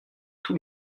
tous